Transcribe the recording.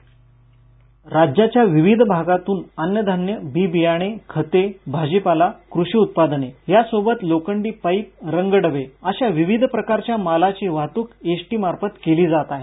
script राज्याच्या विविध भागातून अन्नधान्य बी बियाणे खते भाजीपाला कृषी उत्पादने यासोबत लोखंडी पाइप रंग डबे अशा विविध प्रकारच्या मालाची वाहतूक एसटी मार्फत केली जात आहे